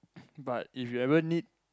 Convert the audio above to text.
but if you ever need